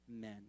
men